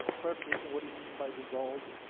clarification what do you mean by dissolved?